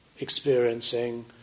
experiencing